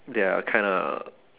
they are kinda